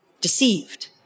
deceived